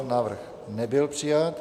Návrh nebyl přijat.